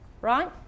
Right